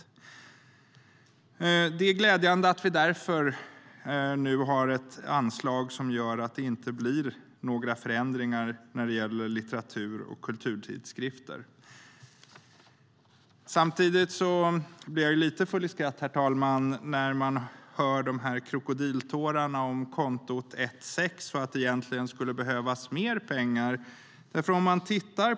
Det är glädjande att vi därför nu har ett anslag som gör att det inte blir några förändringar när det gäller litteratur och kulturtidskrifter. Samtidigt blir jag lite full i skratt, herr talman, när det gäller krokodiltårarna över konto 1.6 och att det egentligen skulle behövas mer pengar.